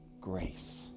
grace